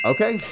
Okay